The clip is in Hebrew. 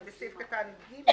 לגבי סעיף קטן (ג),